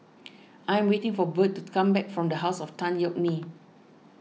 I am waiting for Burt to come back from the House of Tan Yeok Nee